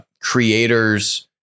creators